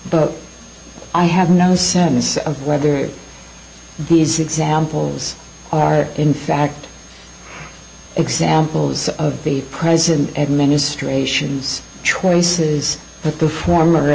but i have no sense of whether these examples are in fact examples of the present administration's choices that the former